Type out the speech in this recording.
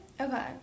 Okay